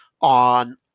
on